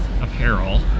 apparel